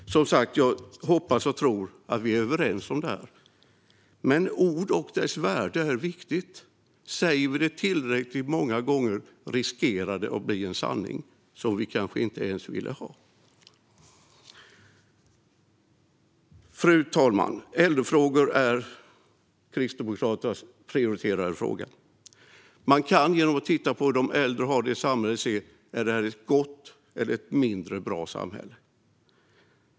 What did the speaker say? Som sagt, jag hoppas och tror att vi är överens om det här, men ord och deras värde är viktiga. Säger vi något tillräckligt många gånger riskerar det att bli en sanning som vi kanske inte ens ville ha. Fru talman! Äldrefrågor är Kristdemokraternas prioriterade fråga. Man kan genom att titta på hur de äldre har det i ett samhälle se om det är ett gott eller ett mindre bra samhälle.